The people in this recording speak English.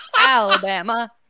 Alabama